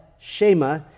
Shema